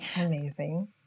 Amazing